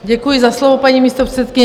Děkuji za slovo, paní místopředsedkyně.